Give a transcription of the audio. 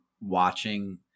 watching